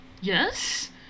yes